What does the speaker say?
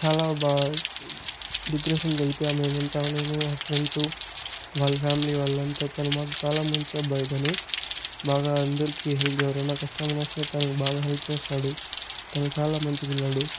చాలా బా డిప్రెషన్ కి వెళ్లిపోయాం మేమంతా మేము మా ఫ్రెండ్సు వాళ్ళ ఫ్యామిలీ వాళ్ళంతా తను మాకు చాలా మంచి అబ్బాయి తను బాగా అందరికి హెల్ప్ ఎవరన్నా కష్టం ఉన్నా సరే తాను బాగా హెల్ప్ చేస్తాడు తను చాలా మంచి పిల్లోడు